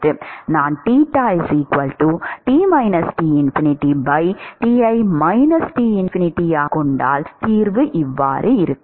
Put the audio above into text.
நான் யாகக் கொண்டால் தீர்வு இருக்கும்